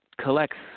collects